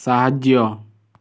ସାହାଯ୍ୟ